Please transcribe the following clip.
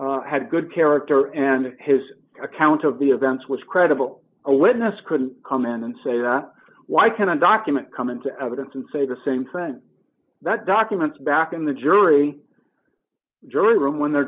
a had good character and his account of the events was credible a witness could come in and say that why can a document come into evidence and say the same friend that documents back in the jury jury room when they're